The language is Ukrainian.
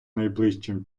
найближчим